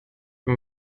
man